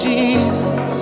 Jesus